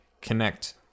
Connect